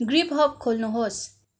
Grubhub खोल्नुहोस्